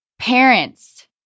Parents